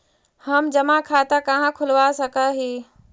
हम जमा खाता कहाँ खुलवा सक ही?